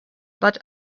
but